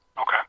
Okay